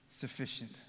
sufficient